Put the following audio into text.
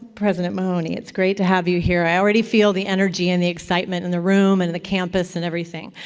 president mahoney. it's great to have you here. i already feel the energy and the excitement in the room, and in the campus, and everything.